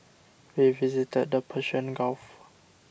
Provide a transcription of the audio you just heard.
we visited the Persian Gulf